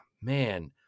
man